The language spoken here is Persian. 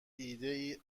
ایدهای